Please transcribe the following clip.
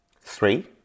Three